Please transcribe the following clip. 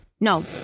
No